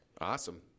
Awesome